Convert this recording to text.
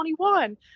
21